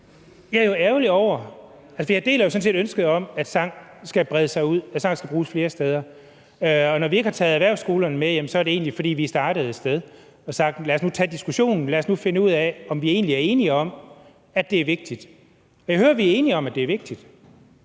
ønsket om, at sang skal brede sig ud, at sang skal bruges flere steder, og når vi ikke har taget erhvervsskolerne med, er det egentlig, fordi vi er startet et sted og har sagt: Lad os nu tage diskussionen, lad os nu finde ud af, om vi egentlig er enige om, at det er vigtigt. Jeg hører, at vi er enige om, at det er vigtigt.